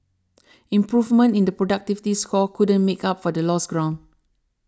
improvement in the productivity score couldn't make up for the lost ground